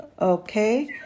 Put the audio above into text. Okay